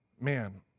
Man